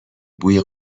بوی